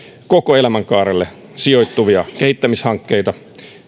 koko elämänkaarelle sijoittuvia kehittämishankkeita